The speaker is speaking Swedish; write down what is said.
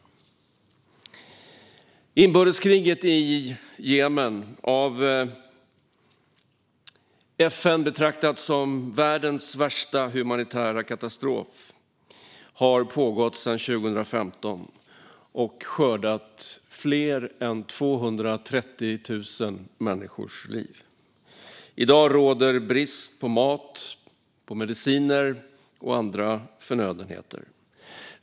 Inbördeskriget i Jemen - av FN betraktat som världens värsta humanitära katastrof - har pågått sedan 2015 och skördat fler än 230 000 människors liv. I dag råder brist på mat, mediciner och andra förnödenheter.